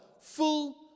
full